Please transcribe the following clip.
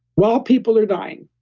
while people are dying